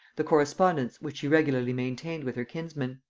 the correspondence which she regularly maintained with her kinsman.